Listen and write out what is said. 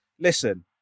listen